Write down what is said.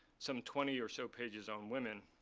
some twenty or so pages on women,